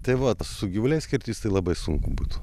tai vat su gyvuliais skirtis tai labai sunku būtų